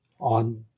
on